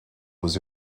was